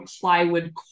plywood